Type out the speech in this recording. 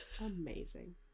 amazing